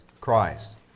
Christ